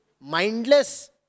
Mindless